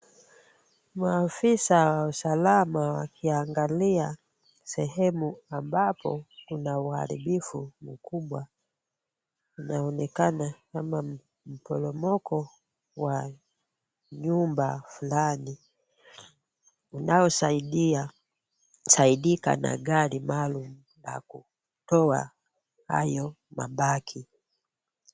Maafisa wa usalama wakiangalia sehemu ambapo kuna uharibifu mkubwa unaonekana kama mporomoko wa nyumba fulani. Unaosaidia, saidika na gari maalum kwa kutoa hayo mabaki.